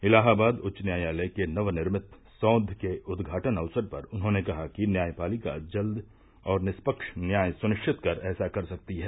इलाहाबाद उच्च न्यायालय के नवनिर्मित सौघ के उद्घाटन अवसर पर उन्होंने कहा कि न्यायपालिका जल्द और निष्पक्ष न्याय सुनिश्चित कर ऐसा कर सकती है